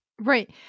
Right